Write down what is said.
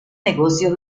negocios